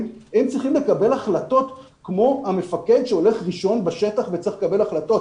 הם צריכים לקבל החלטות כמו המפקד שהולך ראשון בשטח וצריך לקבל החלטות.